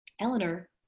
Eleanor